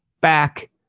back